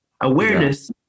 awareness